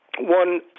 One